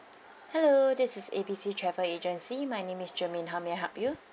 hello this is A B C travel agency my name is germaine how may I help you